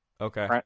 Okay